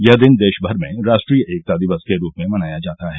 यह दिन देशभर में राष्ट्रीय एकता दिवस के रूप में मनाया जाता है